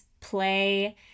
play